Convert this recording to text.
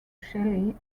shelley